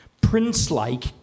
prince-like